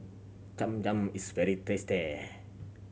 Cham Cham is very tasty